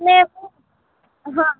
ને હા